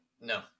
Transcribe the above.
No